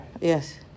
Yes